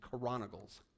Chronicles